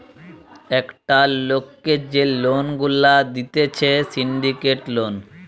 একটা লোককে যে লোন গুলা দিতেছে সিন্ডিকেট লোন